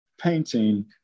painting